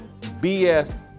BS